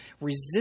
Resist